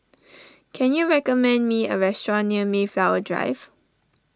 can you recommend me a restaurant near Mayflower Drive